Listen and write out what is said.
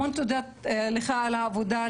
המון תודות לך על העבודה,